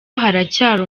haracyari